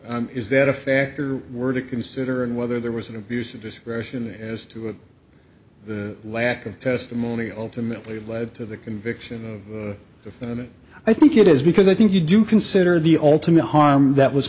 is that a factor were to consider and whether there was an abuse of discretion as to what the lack of testimony ultimately led to the conviction i think it is because i think you do consider the ultimate harm that was